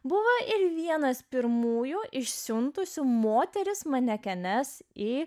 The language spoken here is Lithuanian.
buvo ir vienas pirmųjų išsiuntusi moteris manekenes į